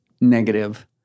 negative